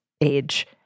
age